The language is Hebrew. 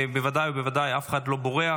ובוודאי ובוודאי אף אחד לא בורח.